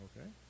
okay